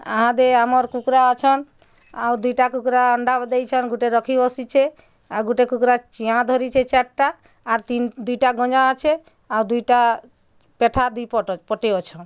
ଆହାଦେ ଆମର୍ କୁକୁଡ଼ା ଅଛନ୍ ଆଉ ଦୁଇଟା କୁକୁଡ଼ା ଅଣ୍ଡା ଦେଇଛନ୍ ଗୁଟେ ରଖି ବସିଛେ ଆଉ ଗୁଟେ କୁକୁଡ଼ା ଚିଆଁ ଧରିଛେ ଚାରିଟା ଆର୍ ତିନ୍ ଦୁଇଟା ଗଞ୍ଜା ଅଛେ ଆଉ ଦୁଇଟା ପେଣ୍ଠା ଦୁଇ ପଟ ପଟେ ଅଛନ୍